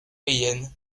cayenne